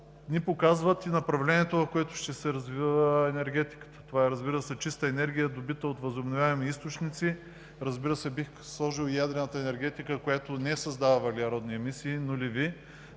ни показват и направлението, което ще се развива в енергетиката. Това е чиста енергия, добита от възобновяеми източници. Бих сложил и ядрената енергетика, която не създава въглеродни емисии – нулеви,